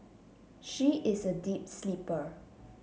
she is a deep sleeper